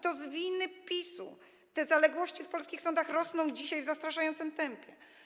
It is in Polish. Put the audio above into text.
To z winy PiS-u te zaległości w polskich sądach rosną dzisiaj w zastraszającym tempie.